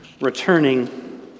returning